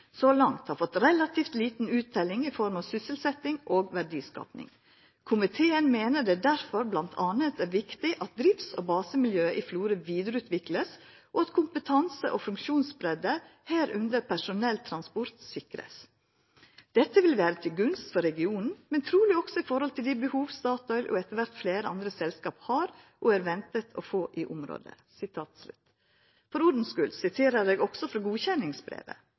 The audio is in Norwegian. så langt har fått relativt liten uttelling i form av sysselsetting og verdiskaping. Komiteen mener det derfor bl.a. er viktig at drifts- og basemiljøet i Florø videreutvikles, og at kompetanse- og funksjonsbredde, herunder personelltransport, sikres. Dette vil være til gunst for regionen, men trolig også i forhold til de behov Statoil og etter hvert flere andre selskap har og er ventet å få i området.» For ordens skuld siterer eg også frå godkjenningsbrevet: